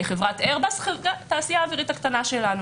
חברת איירבוס והתעשייה הקטנה שלנו